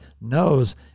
knows